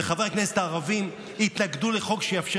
וחברי הכנסת הערבים התנגדו לחוק שיאפשר